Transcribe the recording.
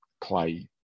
play